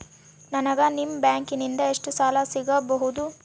ನನಗ ನಿಮ್ಮ ಬ್ಯಾಂಕಿನಿಂದ ಎಷ್ಟು ಸಾಲ ಸಿಗಬಹುದು?